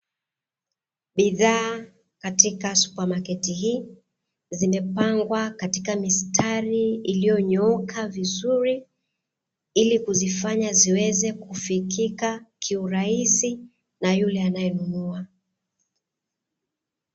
BIdhaa katika supamaketi hii zimepangwa katika mistari iliyonyooka vizuri ili kuzifanya ziweze kufikika kiurahisi na yule anaenunua.